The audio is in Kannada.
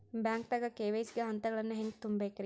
ಬ್ಯಾಂಕ್ದಾಗ ಕೆ.ವೈ.ಸಿ ಗ ಹಂತಗಳನ್ನ ಹೆಂಗ್ ತುಂಬೇಕ್ರಿ?